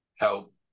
help